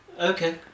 Okay